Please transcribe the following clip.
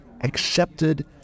accepted